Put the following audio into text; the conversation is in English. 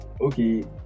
Okay